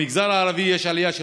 במגזר הערבי יש עלייה של